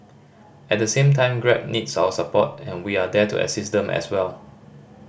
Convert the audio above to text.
at the same time Grab needs our support and we are there to assist them as well